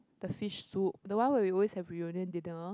the fish soup the one we always have reunion dinner